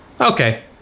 Okay